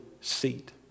seat